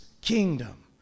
kingdom